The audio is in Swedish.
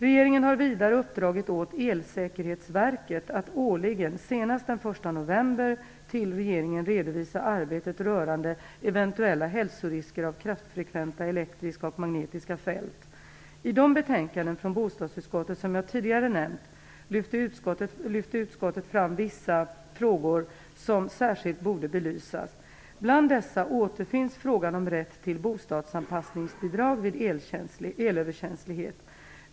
Regeringen har vidare uppdragit åt Elsäkerhetsverket att årligen, senast den 1 november, till regeringen redovisa arbetet rörande eventuella hälsorisker av kraftfrekventa elektriska och magnetiska fält. I de betänkanden från bostadsutskottet som jag tidigare nämnt, lyfte utskottet fram vissa frågor som särskilt borde belysas. Bland dessa återfinns frågan om rätt till bostadsanpassningsbidrag vid elöverkänslighet .